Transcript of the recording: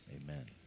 Amen